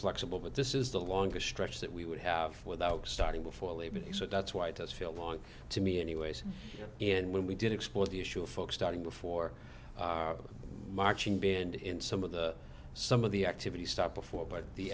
flexible but this is the longest stretch that we would have without starting before labor day so that's why it does feel long to me anyways and when we did explore the issue of folks starting before marching band in some of the some of the activity stop before but the